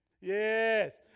Yes